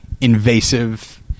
invasive